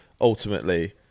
ultimately